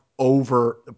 Over